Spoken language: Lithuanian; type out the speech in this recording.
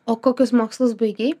o kokius mokslus baigei